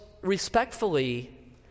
respectfully